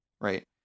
right